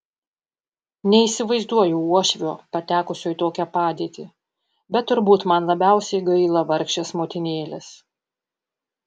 neįsivaizduoju uošvio patekusio į tokią padėtį bet turbūt man labiausiai gaila vargšės motinėlės